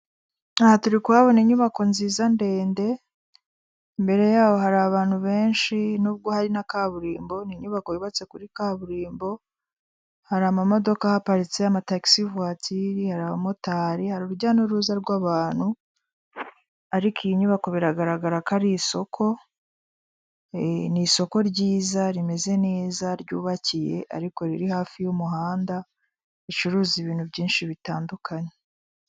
Aha turi kuhabona inyubako nziza ndende, imbere yaho hari abantu benshi nubwo hari na kaburimbo ni inyubako yubatse kuri kaburimbo, hari amamodoka ahaparitse amatagisi vuwatire, hari abamotari hari urujya n'uruza rw'abantu, ariko iyi nyubako biragaragara ko ari isoko ni isoko ryiza rimeze neza ryubakiye ariko riri hafi y'umuhanda ricuruza ibintu byinshi bitandukanye.